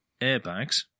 airbags